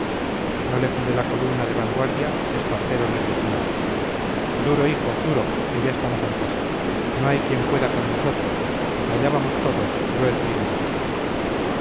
no lejos de la columna de vanguardia espartero les decía duro hijos duro que ya estamos en casa no hay quien pueda con nosotros allá vamos todos yo el primero